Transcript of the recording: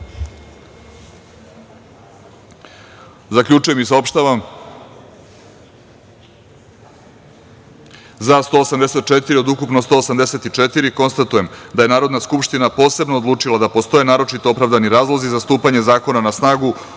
glasanje i saopštavam: za - 184 od ukupno 184 narodnih poslanika. Konstatujem da je Narodna skupština posebno odlučila da postoje naročito opravdani razlozi za stupanje zakona na snagu